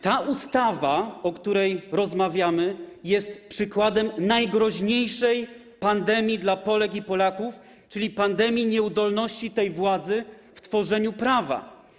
Ta ustawa, o której rozmawiamy, jest przykładem najgroźniejszej pandemii dla Polek i Polaków, czyli pandemii nieudolności władzy w tworzeniu prawa.